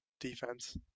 defense